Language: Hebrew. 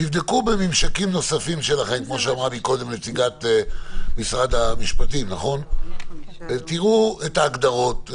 תבדקו את העניין בממשקים נוספים שלכם ותראו את ההגדרות.